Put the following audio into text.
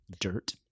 Dirt